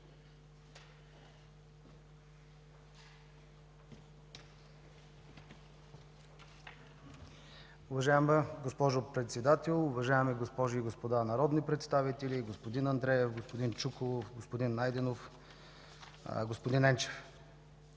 Уважаема госпожо Председател, уважаеми госпожи и господа народни представители, господин Андреев, господин Чуколов, господин Найденов, господин Енчев!